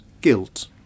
guilt